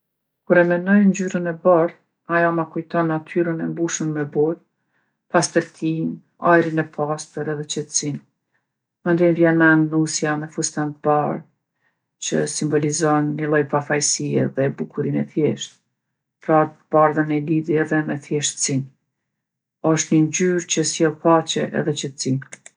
Kur e menoj ngjyrën e bardhë, ajo ma kujton natyrën e mbushun me borë, pastërtinë, ajrin e pastër edhe qetsinë. Mandej m'vjen n'men nusja me fustan t'bardhë, që e simbolizon ni lloj pafajsije edhe bukurinë e thjeshtë. Pra t'bardhën e lidhi edhe me thjeshtsinë. Osht ni ngjyrë që sjellë paqe edhe qetsi.